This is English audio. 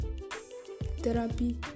Therapy